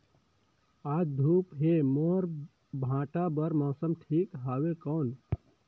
आज धूप हे मोर भांटा बार मौसम ठीक हवय कौन?